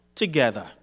together